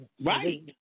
Right